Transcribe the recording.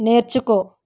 నేర్చుకో